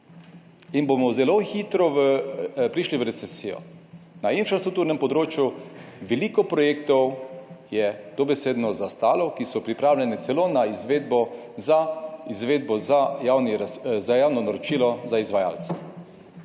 in bomo zelo hitro prišli v recesijo. Na infrastrukturnem področju, veliko projektov je dobesedno zastalo, ki so pripravljeni celo na izvedbo, za izvedbo za javni,